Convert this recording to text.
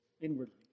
inwardly